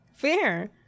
fair